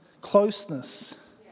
closeness